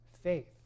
faith